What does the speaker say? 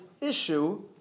issue